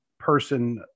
Person